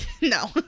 no